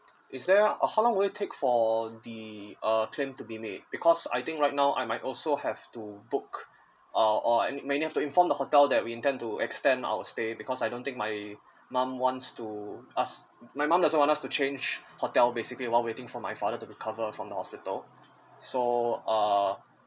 is there or how long will it take for all the uh claim to be made because I think right now I might also have to book or or I may need to inform the hotel that we intend to extend our stay because I don't think my mum wants to ask my mum doesn't want us to change hotel basically while waiting for my father to recover from the hospital so uh